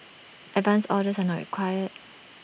advance orders are not required